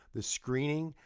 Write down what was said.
the screening,